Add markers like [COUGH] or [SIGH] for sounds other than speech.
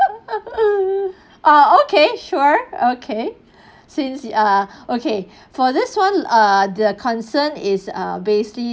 [LAUGHS] ah okay sure okay since ah okay for this one err the concern is err basically